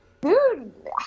Dude